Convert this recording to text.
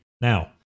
Now